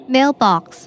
Mailbox